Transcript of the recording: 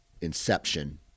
inception